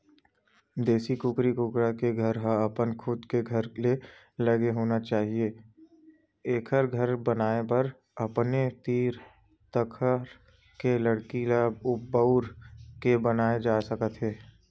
देसी कुकरा कुकरी के घर ह अपन खुद के घर ले लगे होना चाही एखर घर बनाए बर अपने तीर तखार के लकड़ी ल बउर के बनाए जा सकत हे